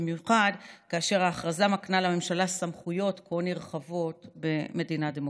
במיוחד כאשר ההכרזה מקנה לממשלה סמכויות כה נרחבות במדינה דמוקרטית.